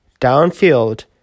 downfield